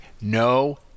No